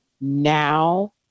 now